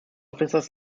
officers